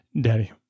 Daddy